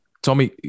Tommy